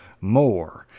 more